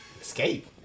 Escape